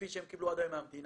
כפי שהם קיבלו עד היום מהמדינה,